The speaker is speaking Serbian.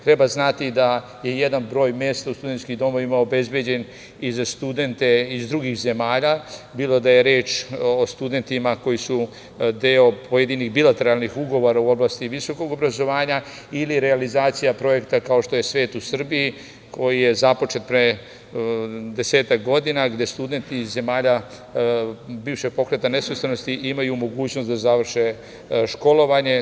Treba znati da je jedan broj mesta u studentskim domovima obezbeđen i za studente iz drugih zemalja, bilo da je reč o studentima koji su deo pojedinih bilateralnih ugovora u oblasti visokog obrazovanja ili realizacija projekta kao što je "Svet u Srbiji", koji je započet pre 10-ak godina, gde studenti iz zemalja bivšeg Pokreta nesvrstanosti imaju mogućnost da završe školovanje.